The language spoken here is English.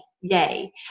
yay